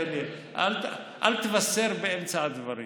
אל תבשר באמצע הדברים.